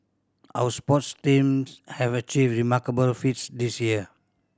our sports teams have achieved remarkable feats this year